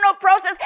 process